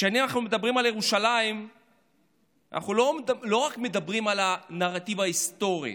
כשאנחנו מדברים על ירושלים אנחנו לא מדברים רק על הנרטיב ההיסטורי.